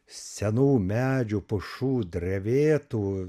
senų medžių pušų drevėtų